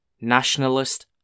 nationalist